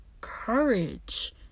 courage